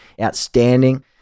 outstanding